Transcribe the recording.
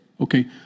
Okay